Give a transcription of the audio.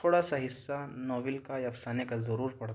تھوڑا سا حصہ ناول کا یا افسانے کا ضرور پڑھتا ہوں